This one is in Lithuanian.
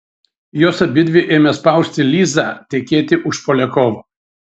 jos abidvi ėmė spausti lizą tekėti už poliakovo